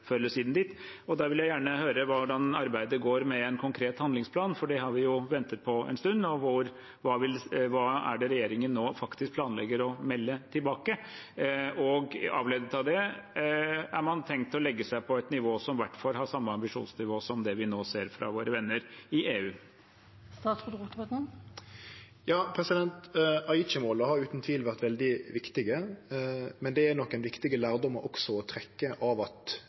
Da vil jeg gjerne høre hvordan arbeidet går med en konkret handlingsplan, for det har vi ventet på en stund. Hva er det regjeringen nå faktisk planlegger å melde tilbake? Og avledet av det: Har man tenkt å legge seg på et nivå som i hvert fall har samme ambisjonsnivå som det vi nå ser fra våre venner i EU? Ja, Aichi-måla har utan tvil vore veldig viktige. Men det er nokon viktige lærdomar òg å trekkje av at